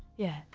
yeah.